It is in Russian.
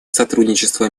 сотрудничество